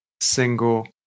single